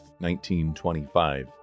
1925